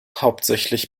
hauptsächlich